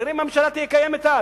נראה אם הממשלה תהיה קיימת אז,